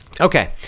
Okay